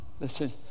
Listen